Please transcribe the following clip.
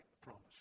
promise